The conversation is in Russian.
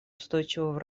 устойчивого